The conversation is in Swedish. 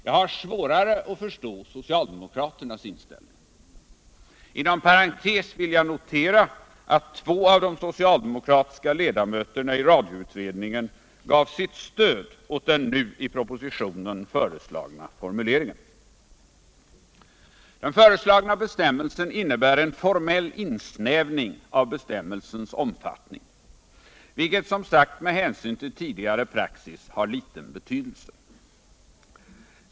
Jag har svårare att förstå socialdemokraternas inställning. Inom parentes vill jag notera att två av de socialdemokratiska ledamöterna i radioutredningen gav sitt stöd åt den nu i propositionen föreslagna formuleringen. Den föreslagna bestämmelsen innebär en formell insnävning av bestämmelsens omfattning, vilket som sagt med hänsyn till tidigare praxis har liten betydelse.